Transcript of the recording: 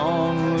Long